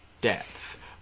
depth